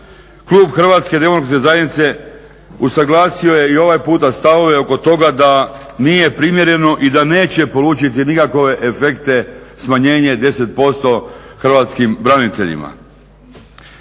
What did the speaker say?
klub HDZ-a usuglasio je i ovaj puta stavove oko toga da nije primjereno i da neće polučiti nikakve efekte smanjenje 10% hrvatskim braniteljima.